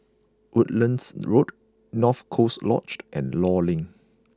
Woodlands Road North Coast Lodged and Law Link